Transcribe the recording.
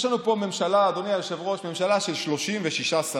אדוני היושב-ראש, יש לנו פה ממשלה של 36 שרים,